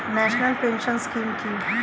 National pension scheme কি?